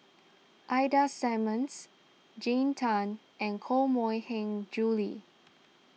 Ida Simmons Jean Tay and Koh Mui Hiang Julie